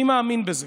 אני מאמין בזה.